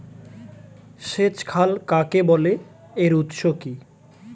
সেচ খাল কাকে বলে এর উৎস কি?